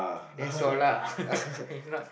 that's all lah it's not